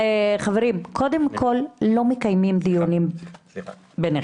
חברים, קודם כל, לא לקיים דיונים ביניכם.